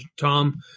Tom